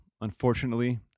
unfortunately